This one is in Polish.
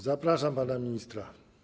Zapraszam pana ministra.